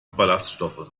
ballaststoffe